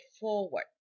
forward